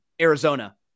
Arizona